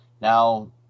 Now